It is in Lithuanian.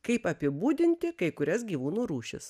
kaip apibūdinti kai kurias gyvūnų rūšis